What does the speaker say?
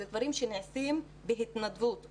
אלה דברים שנעשים בהתנדבות.